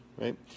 right